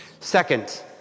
Second